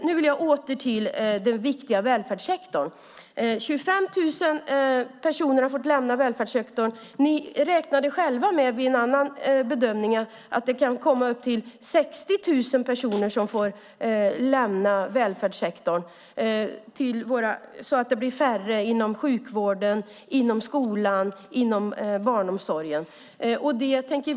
Nu vill jag åter till den viktiga välfärdssektorn. 25 000 personer har fått lämna välfärdssektorn. Ni räknade själva med en annan bedömning, att det kan bli upp till 60 000 personer som får lämna välfärdssektorn, så att det blir färre inom sjukvården, skolan och barnomsorgen.